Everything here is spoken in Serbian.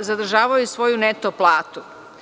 zadržavaju svoju neto platu“